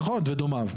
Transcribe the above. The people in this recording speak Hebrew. נכון, ודומיו.